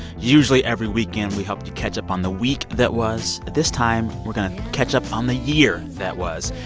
usually, every weekend, we help you catch up on the week that was. this time, we're going to catch up on the year that was.